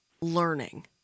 learning